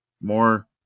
more